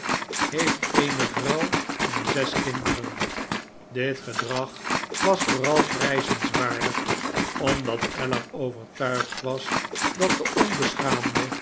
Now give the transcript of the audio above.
heeft eene vrouw en zes kinderen dit gedrag was vooral prijzenswaardig omdat ellar overtuigd was dat de onbeschaamde